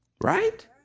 Right